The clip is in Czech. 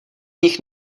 nich